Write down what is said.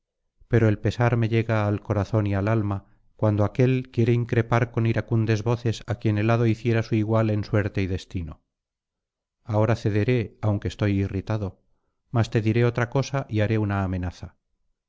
pero el pesar me llega al corazón y al alma cuando aquél quiere increpar con iracundas voces á quien helado hiciera su igual en suerte y destino ahora cederé aunque estoy irritado mas te diré otra cosa y haré una amenaza